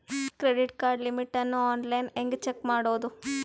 Credit card limit ಅನ್ನು online ಹೆಂಗ್ check ಮಾಡೋದು?